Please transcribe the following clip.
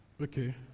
Okay